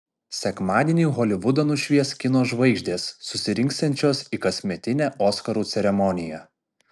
sekmadienį holivudą nušvies kino žvaigždės susirinksiančios į kasmetinę oskarų ceremoniją